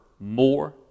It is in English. more